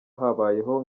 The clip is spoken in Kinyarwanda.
habayeho